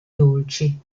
dolci